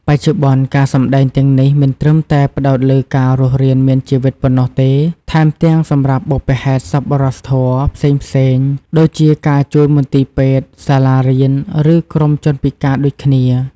បច្ចុប្បន្ន ការសម្ដែងទាំងនេះមិនត្រឹមតែផ្តោតលើការរស់រានមានជីវិតប៉ុណ្ណោះទេ ថែមទាំងសម្រាប់បុព្វហេតុសប្បុរសធម៌ផ្សេងៗ ដូចជាការជួយមន្ទីរពេទ្យ សាលារៀន ឬក្រុមជនពិការដូចគ្នា។